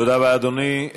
תודה רבה, אדוני.